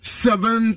seven